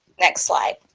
next slide.